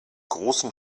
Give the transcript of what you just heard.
großen